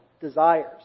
desires